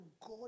God